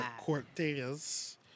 Cortez